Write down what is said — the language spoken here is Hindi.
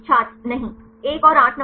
छात्र नहीं 1 और 8 नं